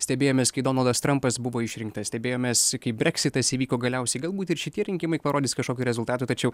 stebėjomės kai donaldas trampas buvo išrinktas stebėjomės kaip breksitas įvyko galiausiai galbūt ir šitie rinkimai parodys kažkokių rezultatų tačiau